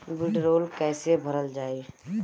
वीडरौल कैसे भरल जाइ?